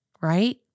right